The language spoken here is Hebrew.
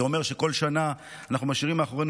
זה אומר שבכל שנה אנחנו משאירים מאחורינו